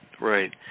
Right